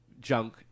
junk